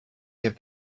give